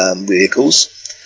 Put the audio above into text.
vehicles